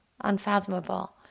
unfathomable